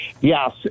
Yes